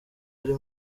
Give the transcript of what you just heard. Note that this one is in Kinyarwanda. ari